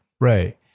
Right